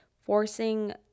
forcing